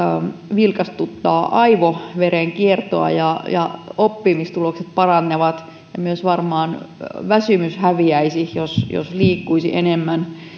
vilkastuttaa aivoverenkiertoa ja ja oppimistulokset paranevat ja varmaan myös väsymys häviäisi jos jos liikkuisi enemmän